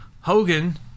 Hogan